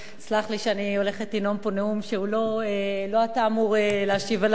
סלח לי שאני הולכת לנאום פה נאום שלא אתה אמור להשיב עליו.